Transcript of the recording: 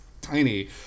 tiny